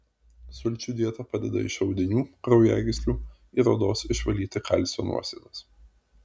sulčių dieta padeda iš audinių kraujagyslių ir odos išvalyti kalcio nuosėdas